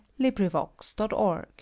Librivox.org